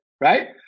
right